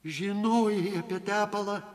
žinojai apie tepalą